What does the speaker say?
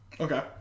Okay